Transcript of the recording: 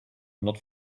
not